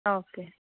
okay